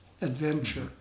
adventure